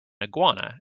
iguana